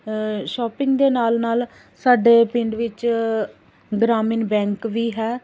shopping ਦੇ ਨਾਲ ਨਾਲ ਸਾਡੇ ਪਿੰਡ ਵਿੱਚ ਗਰਾਮੀਣ ਬੈਂਕ ਵੀ ਹੈ